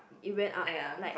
it went up like